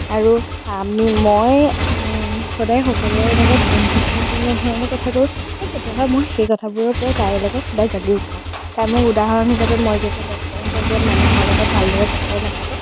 আৰু মই সদায় সকলোৰে লগত বন্ধুত্বপূৰ্ণধৰণে কথা কওঁ আৰু কেতিয়াবা মই সেই কথাবোৰৰ পৰা তাইৰ লগত সদায় গালিও খাওঁ তাই মোক উদাহৰণ হিচাপে মই যেতিয়া তাইক কওঁ তই যে মানুহৰ লগত ভালদৰে কথাই নাপাত